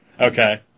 Okay